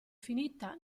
finita